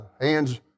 hands